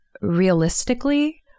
realistically